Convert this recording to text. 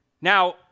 Now